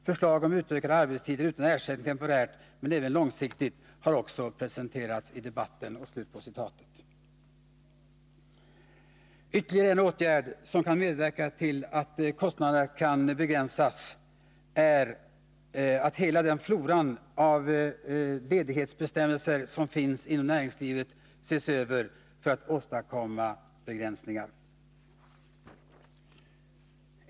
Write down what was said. Förslag om utökade arbetstider utan ersättning temporärt men även långsiktigt har också presenterats i debatten.” Ytterligare en åtgärd som kan medverka till att kostnaderna kan begränsas är att hela floran av ledighetsbestämmelser som finns inom näringslivet ses över för att åstadkomma begränsningar.